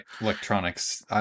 electronics